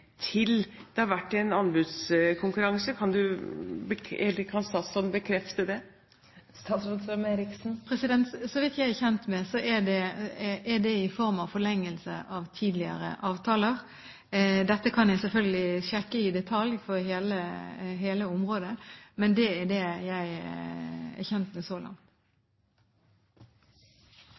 til det har vært en anbudskonkurranse. Kan statsråden bekrefte det? Så vidt jeg er kjent med, er det i form av forlengelse av tidligere avtaler. Dette kan jeg selvfølgelig sjekke i detalj for hele området, men det er det jeg er kjent med så langt.